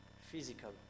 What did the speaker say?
physical